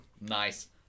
Nice